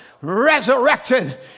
resurrected